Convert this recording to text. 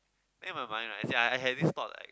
then in my mind right as in I I have this thought like